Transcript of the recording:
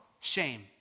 shame